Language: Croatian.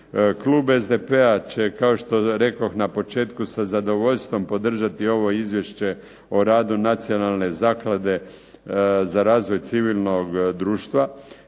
Klub SDP-a će kao što rekoh na početku sa zadovoljstvom podržati ovo Izvješće o radu Nacionalne zaklade za razvoj civilnog društva